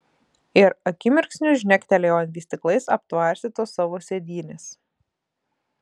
ir akimirksniu žnektelėjo ant vystyklais aptvarstytos savo sėdynės